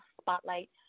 spotlight